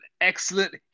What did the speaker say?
excellent